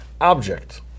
object